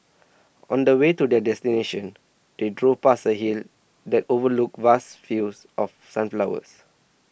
on the way to their destination they drove past a hill that overlooked vast fields of sunflowers